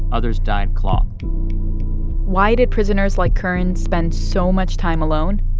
others dyed cloth why did prisoners like curran spend so much time alone?